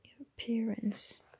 appearance